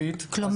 תודה.